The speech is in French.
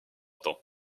temps